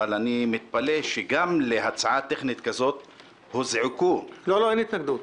אני מתפלא שגם להצעה טכנית כזאת הוזעקו --- אין התנגדות.